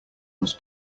was